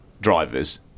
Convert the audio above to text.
drivers